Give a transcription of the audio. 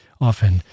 Often